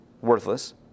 worthless